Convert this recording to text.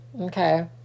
Okay